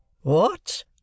What